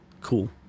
Cool